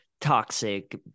toxic